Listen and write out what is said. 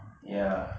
ya